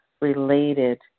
related